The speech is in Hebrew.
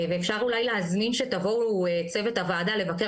ואפשר אולי להזמין שתבואו צוות הוועדה לבקר